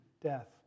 death